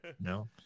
No